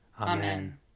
Amen